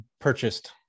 purchased